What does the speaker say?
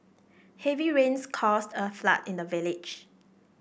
heavy rains caused a flood in the village